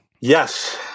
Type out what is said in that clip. Yes